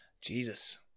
Jesus